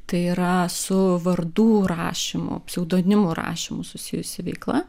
tai yra su vardų rašymu pseudonimų rašymu susijusi veikla